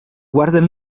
guarden